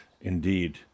indeed